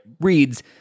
reads